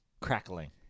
crackling